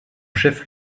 chef